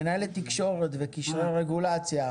מנהלת קשרי רגולציה,